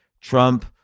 Trump